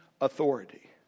authority